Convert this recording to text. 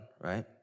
right